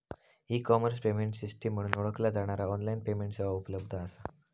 E commerce payment system म्हणून ओळखला जाणारा ऑनलाइन पेमेंट सेवा उपलब्ध असा